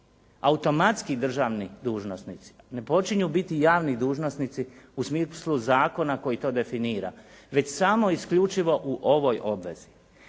automatski državni dužnosnici, ne počinju biti javni dužnosnici u smislu zakona koji to definira već samo isključivo u ovoj obvezi.